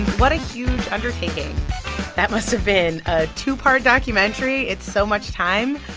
what a huge undertaking that must have been, a two-part documentary. it's so much time.